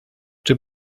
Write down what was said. czy